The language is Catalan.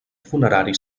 funerari